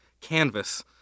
canvas